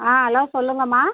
ஆ hello சொல்லுங்கம்மா